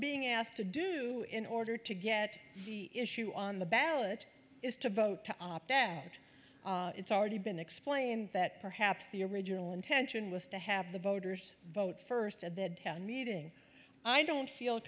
being asked to do in order to get the issue on the ballot is to vote that it's already been explained that perhaps the original intention was to have the voters vote first at the town meeting i don't feel